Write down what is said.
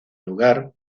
lugar